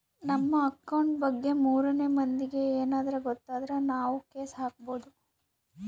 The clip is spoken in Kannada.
ನಮ್ ಅಕೌಂಟ್ ಬಗ್ಗೆ ಮೂರನೆ ಮಂದಿಗೆ ಯೆನದ್ರ ಗೊತ್ತಾದ್ರ ನಾವ್ ಕೇಸ್ ಹಾಕ್ಬೊದು